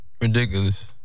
Ridiculous